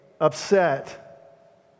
upset